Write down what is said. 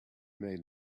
made